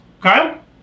Kyle